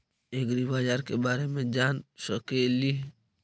ऐग्रिबाजार के बारे मे जान सकेली?